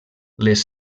les